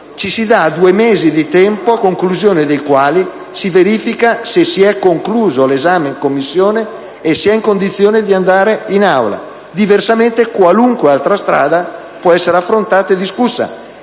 ci si dà due mesi di tempo a conclusione dei quali si verifica se si è concluso l'esame in Commissione e si è in condizione di andare in Aula. Diversamente, qualunque altra strada può essere affrontata e discussa,